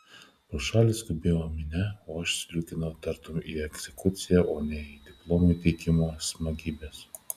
pro šalį skubėjo minia o aš sliūkinau tartum į egzekuciją o ne į diplomų įteikimo smagybes